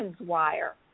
Wire